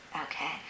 Okay